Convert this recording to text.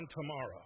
tomorrow